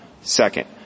Second